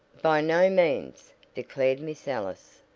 by no means, declared miss ellis.